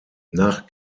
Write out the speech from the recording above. nach